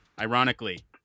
ironically